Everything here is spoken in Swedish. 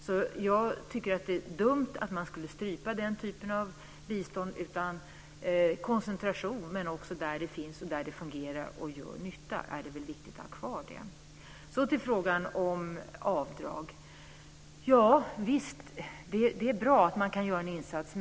Därför tycker jag att det är dumt att strypa den typen av bistånd. I stället handlar det om koncentration. Där detta finns och där det fungerar och gör nytta är det väl viktigt att ha det kvar. Sedan kommer jag till frågan om avdrag. Ja, visst är det bra att man kan göra en insats.